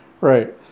right